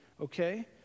okay